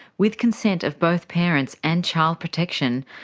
with consent of both parents and child protection,